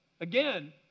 Again